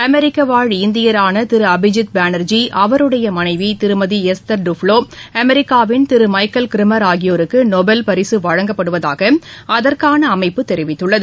அமெரிக்கவாழ் இந்தியாரான திரு அபிஜித் பாளார்ஜி அவருடைய மனைவி திருமதி எஸ்தர் டுப்வோ அமெரிக்காவின் திரு மைகேல் க்ரிமர் ஆகியோருக்கு நோபல் பரிசு வழங்கப்படுவதாக அகுற்கான அமைப்பு தெரிவித்துள்ளது